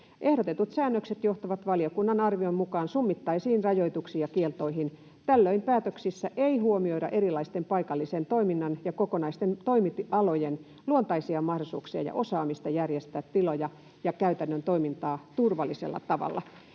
Ehdotetut säännökset johtavat valiokunnan arvion mukaan summittaisiin rajoituksiin ja kieltoihin. Tällöin päätöksissä ei huomioida erilaisten paikallisen toiminnan ja kokonaisten toimialojen luontaisia mahdollisuuksia ja osaamista järjestää tiloja ja käytännön toimintaa turvallisella tavalla.